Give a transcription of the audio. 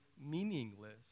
meaningless